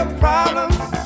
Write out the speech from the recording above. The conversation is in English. problems